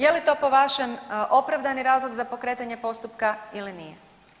Je li to po vašem opravdani razlog za pokretanje postupka ili nije?